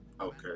Okay